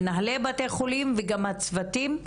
מנהלי בתי החולים וגם הצוותים,